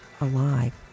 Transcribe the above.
alive